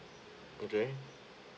okay